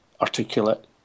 articulate